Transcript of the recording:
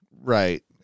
right